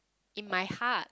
in my heart